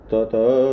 Tata